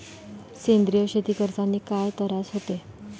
सेंद्रिय शेती करतांनी काय तरास होते?